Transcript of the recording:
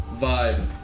vibe